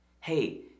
Hey